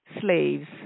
slaves